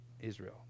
Israel